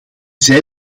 zei